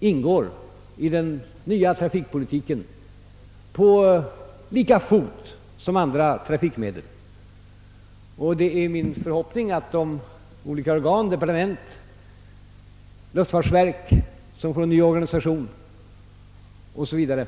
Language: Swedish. ingår i den nya trafikpolitiken på likställd fot med andra trafikmedel. Det är min förhoppning att de olika organen — departementet, luftfartsverket med sin nya organisation o. s. v.